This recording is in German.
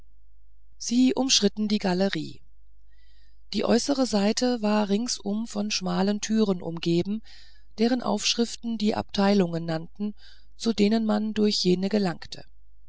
sie umschritten die galerie die äußere seite war ringsum von schmalen türen umgeben deren aufschriften die abteilungen nannten zu denen man durch jene gelangte